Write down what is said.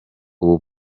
ubu